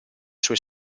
suoi